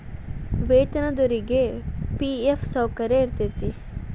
ವೇತನದೊರಿಗಿ ಫಿ.ಎಫ್ ಸೌಕರ್ಯ ಇರತೈತಿ